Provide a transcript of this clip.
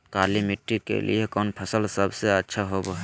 काली मिट्टी के लिए कौन फसल सब से अच्छा होबो हाय?